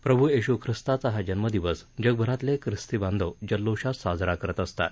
प्रभ् येश् ख्रिस्ताचा हा जन्मदिवस जगभरातले खिस्ती बांधव जल्लोषात साजरा करत असतात